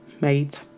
made